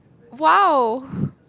!wow!